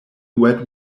wet